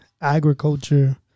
agriculture